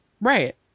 Right